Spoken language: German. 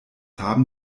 haben